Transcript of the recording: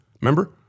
Remember